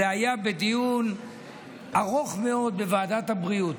זה היה בדיון ארוך מאוד בוועדת הבריאות,